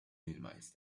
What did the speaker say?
minimize